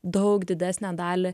daug didesnę dalį